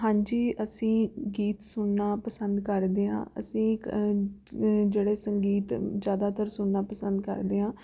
ਹਾਂਜੀ ਅਸੀਂ ਗੀਤ ਸੁਣਨਾ ਪਸੰਦ ਕਰਦੇ ਹਾਂ ਅਸੀਂ ਕ ਜਿਹੜੇ ਸੰਗੀਤ ਜ਼ਿਆਦਾਤਰ ਸੁਣਨਾ ਪਸੰਦ ਕਰਦੇ ਹਾਂ